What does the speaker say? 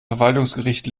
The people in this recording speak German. verwaltungsgericht